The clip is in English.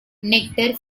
nectar